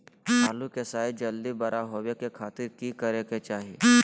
आलू के साइज जल्दी बड़ा होबे के खातिर की करे के चाही?